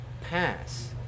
pass